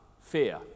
fear